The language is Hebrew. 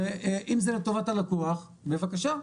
אם זה לטובת הלקוח, בבקשה.